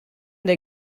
der